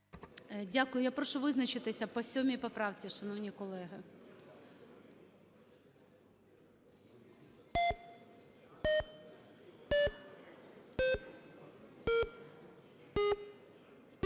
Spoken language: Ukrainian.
Дякую. Я прошу визначитися по 7 поправці, шановні колеги.